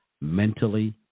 mentally